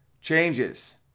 changes